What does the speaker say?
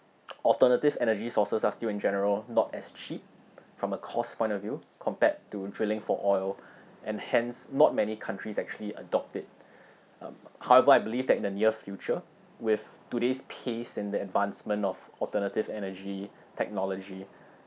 alternative energy sources are still in general not as cheap from a cost point of view compared to drilling for oil and hence not many countries actually adopt it um however I believe that the near future with today's pace in the advancement of alternative energy technology